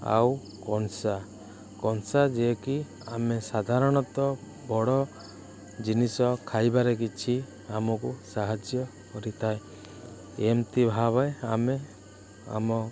ଆଉ କଂସା କଂସା ଯିଏ କି ଆମେ ସାଧାରଣତଃ ବଡ଼ ଜିନିଷ ଖାଇବାରେ କିଛି ଆମକୁ ସାହାଯ୍ୟ କରିଥାଏ ଏମତି ଭାବେ ଆମେ ଆମ